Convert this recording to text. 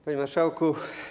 Panie Marszałku!